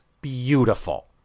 beautiful